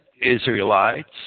Israelites